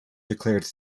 declared